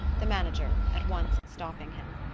the manager at once stopping him.